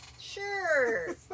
Sure